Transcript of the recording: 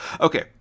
Okay